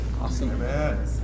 Awesome